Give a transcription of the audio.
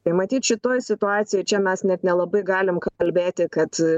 tai matyt šitoj situacijoj čia mes net nelabai galim kalbėti kad